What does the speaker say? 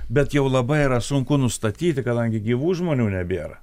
bet jau labai yra sunku nustatyti kadangi gyvų žmonių nebėra